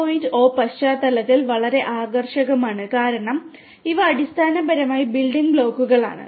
0 പശ്ചാത്തലത്തിൽ വളരെ ആകർഷകമാണ് കാരണം ഇവ അടിസ്ഥാനപരമായി ബിൽഡിംഗ് ബ്ലോക്കുകളാണ്